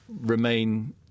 remain